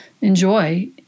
enjoy